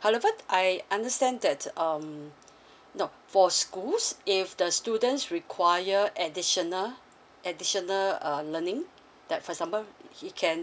however I understand that um nope for schools if the students require additional additional uh learning that for example he can